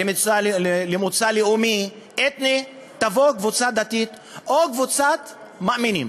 על מוצא לאומי-אתני יבוא: קבוצה דתית או קבוצת מאמינים,